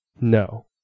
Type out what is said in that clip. No